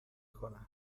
کنن